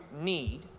need